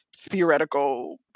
theoretical